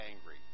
angry